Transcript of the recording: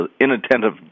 inattentive